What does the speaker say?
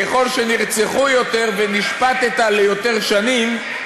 ככל שנרצחו יותר ונשפטת ליותר שנים,